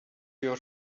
your